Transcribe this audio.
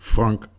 Frank